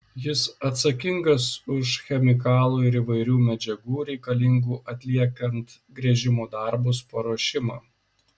jis atsakingas už chemikalų ir įvairių medžiagų reikalingų atliekant gręžimo darbus paruošimą